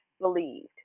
believed